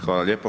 Hvala lijepo.